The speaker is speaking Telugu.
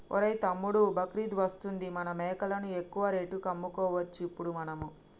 ఒరేయ్ తమ్ముడు బక్రీద్ వస్తుంది మన మేకలను ఎక్కువ రేటుకి అమ్ముకోవచ్చు ఇప్పుడు మనము